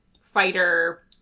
fighter